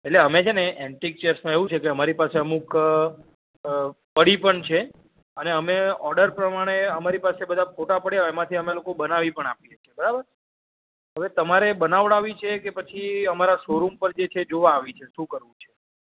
એટલે અમે છેને એન્ટિક ચેર્સમાં એવું છે કે અમારી પાસે અમુક પડી પણ છે અને અમે ઓર્ડર પ્રમાણે અમારી પાસે બધાં ફોટા પડ્યા હોય એમાંથી અમે લોકો બનાવી પણ આપીએ છીએ બરાબર હવે તમારે બનાવડાવી છેકે પછી અમારા શો રૂમ પર જે છે એ જોવા આવવી છે શું કરવું છે